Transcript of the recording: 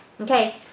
Okay